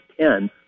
ten